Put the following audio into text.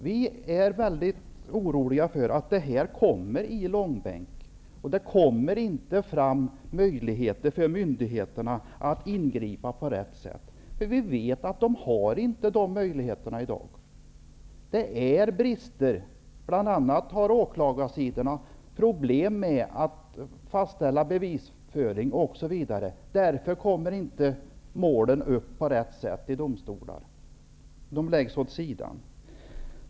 Vi är oroliga för att detta kommer att hamna i långbänk och att myndigheterna inte kommer att få möjligheter att ingripa på rätt sätt. Vi vet att de i dag inte har sådana möjligheter. Bland annat har åklagarsidan problem med att fastlägga sin bevisföring, och därför kommer målen inte upp på rätt sätt i domstolarna utan läggs åt sidan.